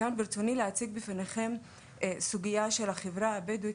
ברצוני להציג בפניכם סוגייה של החברה הבדואית